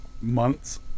month's